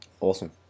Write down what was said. Awesome